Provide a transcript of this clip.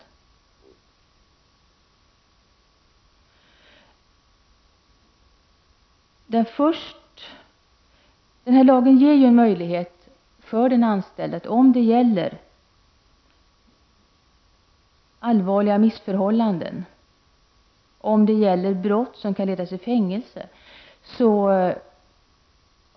Lagen ger den anställde en möjlighet att avslöja hemligheten om det gäller allvarliga missförhållanden eller brott som kan leda till fängelse.